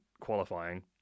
qualifying